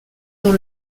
dans